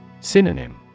Synonym